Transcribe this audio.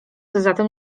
zatem